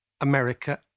America